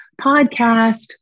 podcast